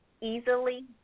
easily